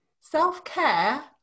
Self-care